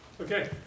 Okay